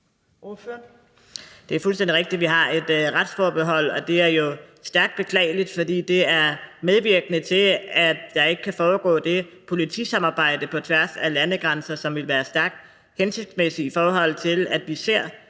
Det er fuldstændig rigtigt, at vi har et retsforbehold, og det er jo stærkt beklageligt, fordi det er medvirkende til, at der ikke kan foregå det politisamarbejde på tværs af landegrænser, som ville være stærkt hensigtsmæssigt, i forhold til at vi ser